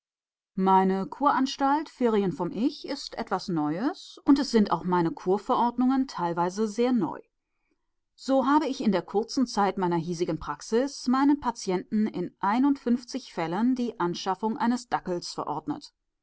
meine kuranstalt ferien vom ich ist etwas neues und es sind auch meine kurverordnungen teilweise sehr neu so habe ich in der kurzen zeit meiner hiesigen praxis meinen patienten in einundfünfzig fällen die anschaffung eines dackels verordnet